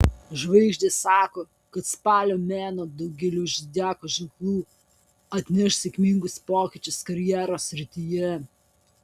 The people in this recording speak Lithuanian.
žvaigždės sako kad spalio mėnuo daugeliui zodiako ženklų atneš sėkmingus pokyčius karjeros srityje